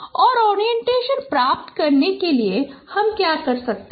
और ओरिएंटेशन प्राप्त करने के लिए हम क्या कर सकते हैं